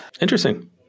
Interesting